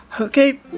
Okay